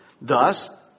Thus